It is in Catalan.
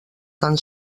tan